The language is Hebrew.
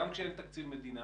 גם כשאין תקציב מדינה,